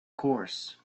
course